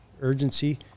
urgency